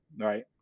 Right